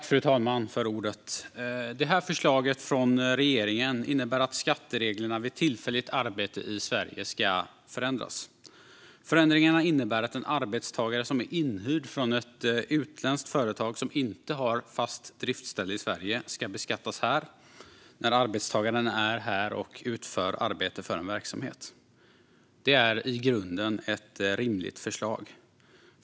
Fru talman! Förslaget från regeringen innebär att skattereglerna vid tillfälligt arbete i Sverige ska förändras. Förändringarna innebär att en arbetstagare som är inhyrd från ett utländskt företag som inte har fast driftsställe i Sverige ska beskattas här när arbetstagaren är här och utför arbete för en verksamhet. Det är i grunden ett rimligt förslag.